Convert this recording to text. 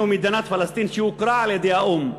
ומדינת פלסטין שהוכרה על-ידי האו"ם.